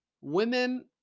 women